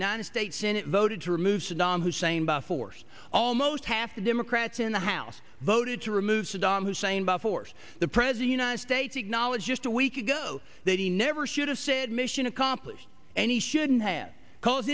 united states senate voted to remove saddam hussein by force almost half the democrats in the house voted to remove saddam hussein by force the president states acknowledge just a week ago that he never should have said mission accomplished and he shouldn't have because